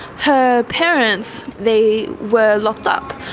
her parents, they were locked up.